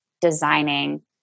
designing